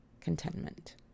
Contentment